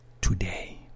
today